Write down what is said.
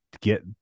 get